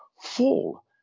fall